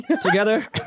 together